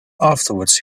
afterwards